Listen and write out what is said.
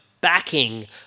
backing